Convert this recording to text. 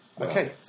Okay